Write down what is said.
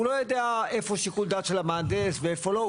הוא לא יודע איפה שיקול הדעת של המהנדס ואיפה לא,